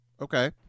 Okay